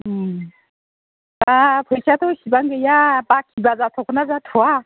दा फैसायाथ' इसेबां गैया बाखिबा जाथ'गोनना जाथ'वा